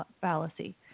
fallacy